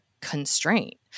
constraint